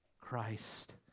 Christ